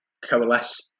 coalesce